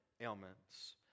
ailments